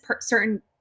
certain